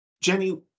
Jenny